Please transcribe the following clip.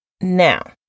Now